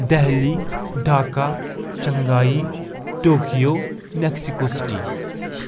Delhi Dhaka Shanghai Tokyo Mexico city